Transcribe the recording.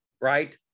right